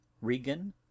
Regan